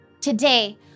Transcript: Today